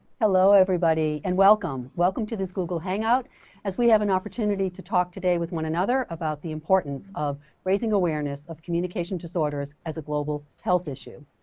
hello everybody and welcome welcome to this google hangout as we have an opportunity to talk today with one another about the importance of raising awareness of communication disorders as a global health issue.